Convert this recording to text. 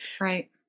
Right